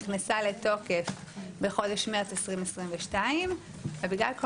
נכנסה לתוקף בחודש מרץ 2022. ובגלל כל